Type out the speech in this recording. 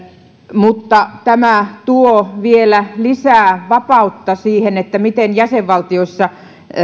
mutta tämä tuo vielä lisää vapautta siihen miten jäsenvaltioissa